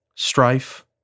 strife